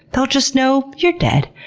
they'll just know you're dead.